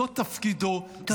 זה תפקידו -- תודה.